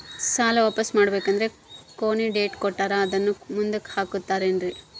ಸಾಲ ವಾಪಾಸ್ಸು ಮಾಡಬೇಕಂದರೆ ಕೊನಿ ಡೇಟ್ ಕೊಟ್ಟಾರ ಅದನ್ನು ಮುಂದುಕ್ಕ ಹಾಕುತ್ತಾರೇನ್ರಿ?